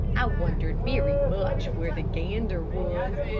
i wondered very much where the gander was,